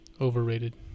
Overrated